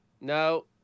no